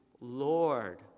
Lord